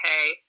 okay